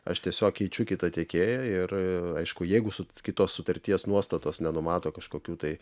aš tiesiog keičiu kitą tiekėją ir aišku jeigu su kitos sutarties nuostatos nenumato kažkokių tai